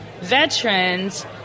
veterans